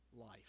life